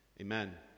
Amen